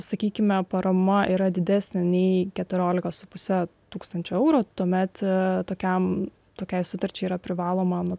sakykime parama yra didesnė nei keturiolika su puse tūkstančio eurų tuomet tokiam tokiai sutarčiai yra privaloma